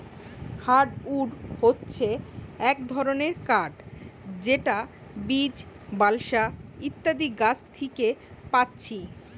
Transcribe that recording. hardwood হচ্ছে এক ধরণের কাঠ যেটা বীচ, বালসা ইত্যাদি গাছ থিকে পাচ্ছি